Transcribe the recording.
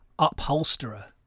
upholsterer